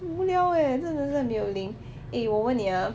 无聊 eh 真的是没有 link eh 我问你啊